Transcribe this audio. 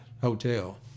hotel